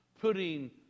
putting